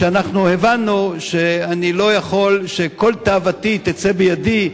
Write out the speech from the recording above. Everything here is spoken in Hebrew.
שאנחנו הבנו שאני לא יכול לצאת וכל תאוותי בידי,